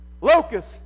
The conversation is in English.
locust